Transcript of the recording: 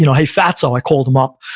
you know hey, fatso, i called him up,